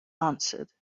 answered